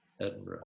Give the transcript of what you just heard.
Edinburgh